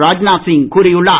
ராத்நாத் சிங் கூறியுள்ளார்